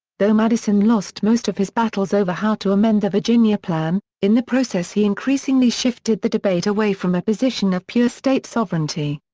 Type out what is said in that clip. though madison lost most of his battles over how to amend the virginia plan, in the process he increasingly shifted the debate away from a position of pure state sovereignty.